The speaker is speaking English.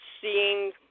seeing